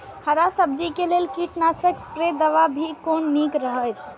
हरा सब्जी के लेल कीट नाशक स्प्रै दवा भी कोन नीक रहैत?